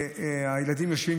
הילדים יושבים